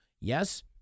yes